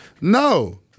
No